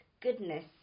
goodness